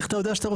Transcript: שבעה.